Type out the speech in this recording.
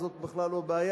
זאת בכלל לא בעיה,